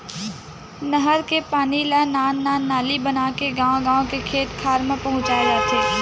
नहर के पानी ल नान नान नाली बनाके गाँव गाँव के खेत खार म पहुंचाए जाथे